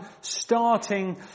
starting